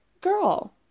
girl